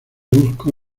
busco